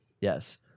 yes